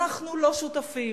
אנחנו לא שותפים.